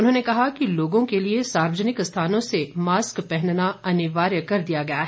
उन्होंने कहा कि लोगों के लिए सार्वजनिक स्थानों में मास्क पहनना अनिवार्य कर दिया गया है